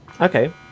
Okay